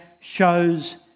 shows